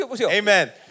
amen